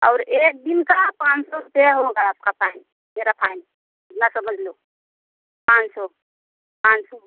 और एक दिन का पाँच सौ होगा आपका फ़ाइन मेरा फ़ाइन समझ लो पाँच सौ